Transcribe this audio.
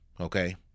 okay